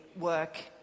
work